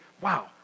wow